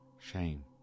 Shame